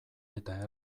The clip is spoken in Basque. eta